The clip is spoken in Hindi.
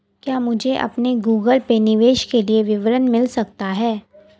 क्या मुझे अपने गूगल पे निवेश के लिए विवरण मिल सकता है?